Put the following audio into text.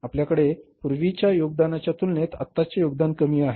आपल्याकडे पूर्वीच्या योगदानाच्या तुलनेत आत्ताचे योगदान कमी आहे